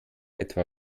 etwa